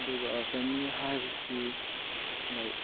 ꯑꯗꯨꯒ ꯐꯦꯃꯤꯂꯤ ꯍꯥꯏꯕꯁꯤ ꯂꯥꯏꯛ